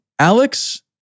Alex